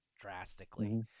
drastically